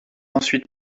ensuite